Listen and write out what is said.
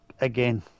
again